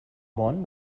món